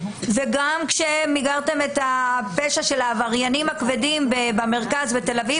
גם כשמיגרתם את הפשע של העבריינים הכבדים במרכז בתל אביב,